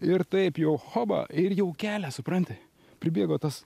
ir taip jau choba ir jau kelia supranti pribėgo tas